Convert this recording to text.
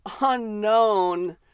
unknown